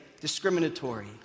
discriminatory